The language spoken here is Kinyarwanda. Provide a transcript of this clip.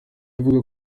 avuga